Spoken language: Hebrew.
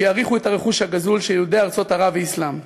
שיעריכו את הרכוש הגזול של יהודי ארצות ערב ואסלאם.